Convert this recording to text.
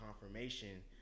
confirmation